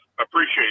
appreciate